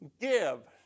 give